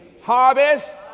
Harvest